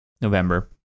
November